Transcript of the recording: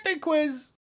quiz